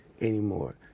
anymore